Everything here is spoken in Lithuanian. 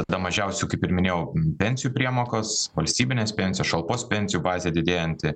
tada mažiausių kaip ir minėjau pensijų priemokos valstybinės pensijos šalpos pensijų bazė didėjanti